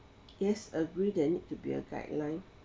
yes agree there need to be a guideline